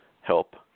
help